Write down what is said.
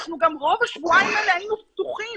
אנחנו גם רוב השבועיים האלה היינו פתוחים